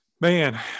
Man